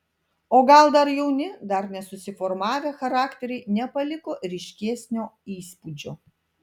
o gal jauni dar nesusiformavę charakteriai nepaliko ryškesnio įspūdžio